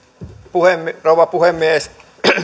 puhemies rouva puhemies